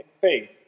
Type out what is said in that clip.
faith